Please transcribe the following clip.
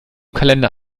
kalender